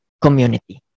community